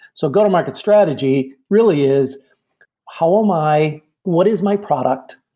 so go-to-market strategy really is how am i what is my product?